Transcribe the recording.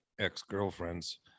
ex-girlfriends